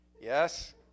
Yes